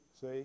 See